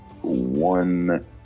one